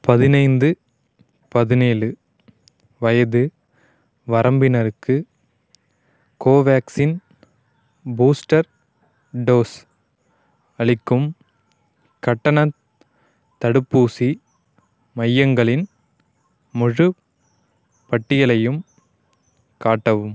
பதினைந்து பதினேழு வயது வரம்பினருக்கு கோவேக்சின் பூஸ்டர் டோஸ் அளிக்கும் கட்டண தடுப்பூசி மையங்களின் முழுப் பட்டியலையும் காட்டவும்